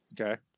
Okay